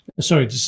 Sorry